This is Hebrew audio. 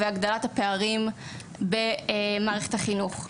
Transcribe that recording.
והגדלת הפערים במערכת החינוך.